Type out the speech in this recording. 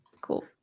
Cool